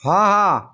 ହଁ ହଁ